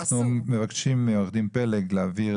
אנחנו מבקשים מעורך דין פלג להעביר